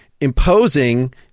imposing